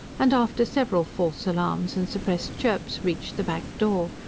and after several false alarms and suppressed chirps reached the back door,